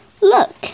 Look